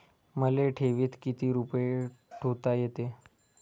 मले ठेवीत किती रुपये ठुता येते?